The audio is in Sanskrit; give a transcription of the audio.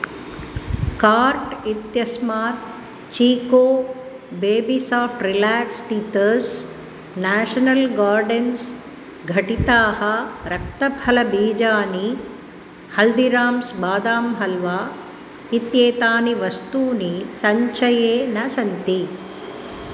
कार्ट् इत्यस्मात् चीको बेबी साफ़्ट् रिलाक्स् टीतस् नाशनल् गार्डेन्स् घटिताः रक्तफलबीजानि हल्दिराम्स् बादाम् हल्वा इत्येतानि वस्तूनि सञ्चये न सन्ति